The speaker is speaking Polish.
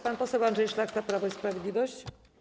Pan poseł Andrzej Szlachta, Prawo i Sprawiedliwość.